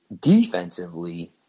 defensively